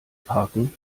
parken